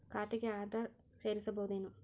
ಖಾತೆಗೆ ಆಧಾರ್ ಸೇರಿಸಬಹುದೇನೂ?